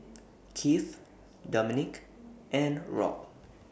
Kieth Dominque and Rob